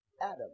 Adam